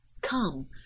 Come